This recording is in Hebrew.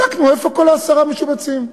בדקנו איפה כל העשרה משובצים.